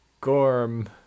Gorm